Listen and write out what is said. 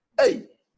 Hey